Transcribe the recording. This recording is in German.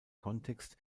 kontext